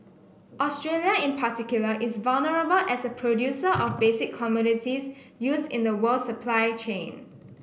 Australia in particular is vulnerable as a producer of basic commodities used in the world supply chain